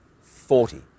Forty